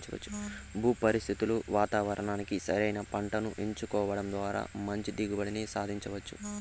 భూ పరిస్థితులు వాతావరణానికి సరైన పంటను ఎంచుకోవడం ద్వారా మంచి దిగుబడిని సాధించవచ్చు